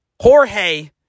Jorge